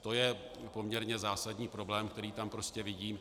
To je poměrně zásadní problém, který tam prostě vidím.